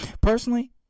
Personally